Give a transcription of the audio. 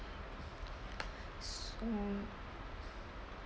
so